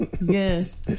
yes